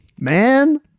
man